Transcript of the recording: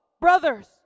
brothers